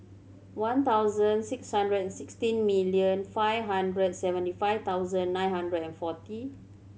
one thousand six hundred and sixteen million five hundred and seventy five thousand nine hundred and forty